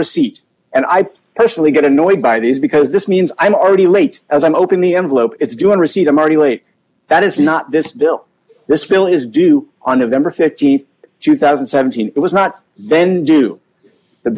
receipt and i personally get annoyed by these because this means i'm already late as i open the envelope it's doing receipt i'm already late that is not this bill this bill is due on of them or th two thousand and seventeen it was not then do the